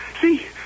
See